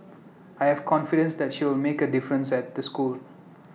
I have confidence that she'll make A difference at the school